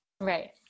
Right